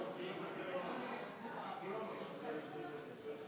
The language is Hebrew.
אני, ובטח לא חבר הכנסת אייכלר.